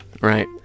right